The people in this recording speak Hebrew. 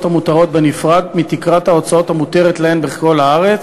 המותרות בנפרד מתקרת ההוצאות המותרת להן בכל הארץ,